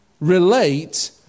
relate